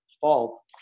fault